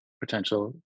potential